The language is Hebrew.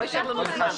לא יישאר לנו זמן.